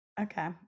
Okay